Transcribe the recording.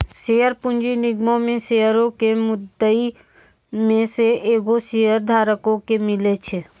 share पूंजी निगमो मे शेयरो के मुद्दइ मे से एगो शेयरधारको के मिले छै